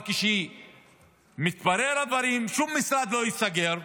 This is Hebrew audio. אבל כשמתבררים הדברים, שום משרד לא ייסגר.